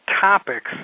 topics